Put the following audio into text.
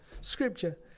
scripture